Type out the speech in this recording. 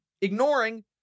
ignoring